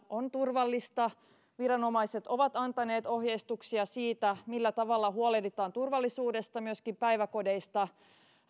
on turvallista viranomaiset ovat antaneet ohjeistuksia siitä millä tavalla huolehditaan turvallisuudesta myöskin päiväkodeissa